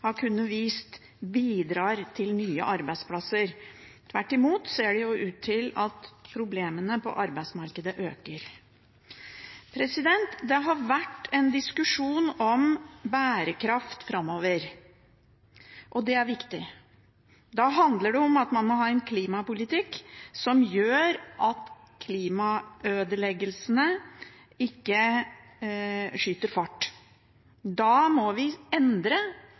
har kunnet vise bidrar til nye arbeidsplasser. Tvert imot ser det ut til at problemene på arbeidsmarkedet øker. Det har vært en diskusjon om bærekraft framover, og det er viktig. Det handler om at man må ha en klimapolitikk som gjør at klimaødeleggelsene ikke skyter fart, og da må vi endre